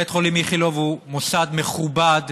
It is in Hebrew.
בית החולים איכילוב הוא מוסד מכובד,